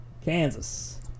Kansas